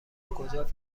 کجا